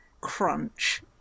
crunch